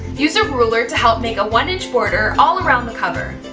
use a ruler to help make a one inch border all around the cover.